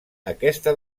aquesta